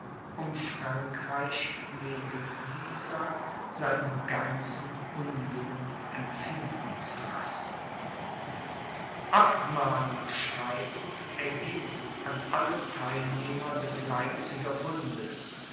um frankreich wegen dieser seinen ganzen unwillen empfinden zu lassen abmahnungsschreiben ergingen an alle theilnehmer des leipziger